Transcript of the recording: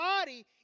body